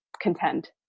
content